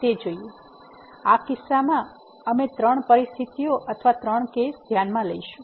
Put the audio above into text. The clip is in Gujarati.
તેથી આ કિસ્સામાં અમે ત્રણ પરિસ્થિતિઓ અથવા ત્રણ કેસો ધ્યાનમાં લઈશું